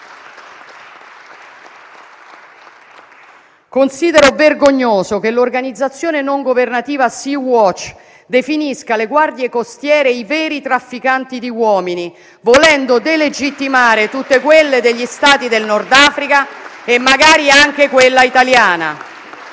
Considero vergognoso che l'organizzazione non governativa Sea Watch definisca le guardie costiere i veri trafficanti di uomini, volendo delegittimare tutte quelle degli Stati del Nord Africa e magari anche quella italiana,